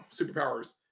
superpowers